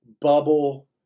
bubble